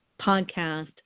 podcast